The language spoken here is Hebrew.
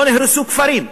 לא נהרסו כפרים.